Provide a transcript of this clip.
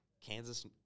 Kansas